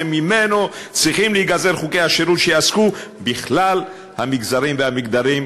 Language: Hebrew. שממנו צריכים להיגזר חוקי השירות שיעסקו בכלל המגזרים והמגדרים".